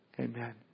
Amen